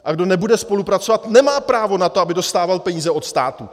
A kdo nebude spolupracovat, nemá právo na to, aby dostával peníze od státu!